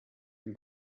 dem